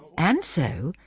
and so,